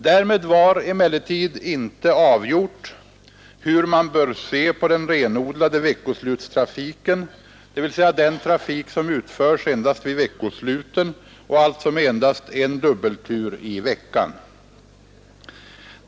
Därmed var emellertid inte avgjort hur man bör se på den renodlade veckoslutstrafiken, dvs. den trafik som utförs endast vid veckosluten och alltså med endast en dubbeltur i veckan.